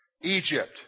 Egypt